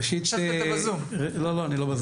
ראשית, תודה.